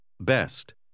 Best